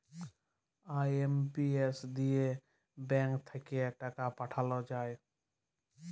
IMPS দিয়ে bank থাক্যে টাকা পাঠাল যায়